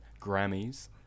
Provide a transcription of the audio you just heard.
Grammys